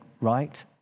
right